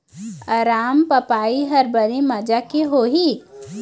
अरमपपई हर बने माजा के होही?